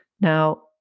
Now